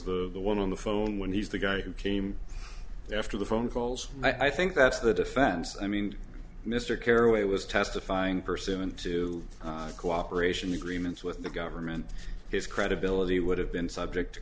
as the one on the phone when he's the guy who came after the phone calls i think that's the defense i mean mr caraway was testifying pursuant to cooperation agreements with the government his credibility would have been subject to